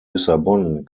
lissabon